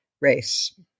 race